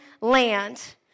land